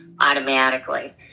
automatically